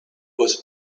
was